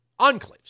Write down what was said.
enclaves